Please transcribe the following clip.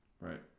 Right